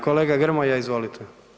Kolega Grmoja izvolite.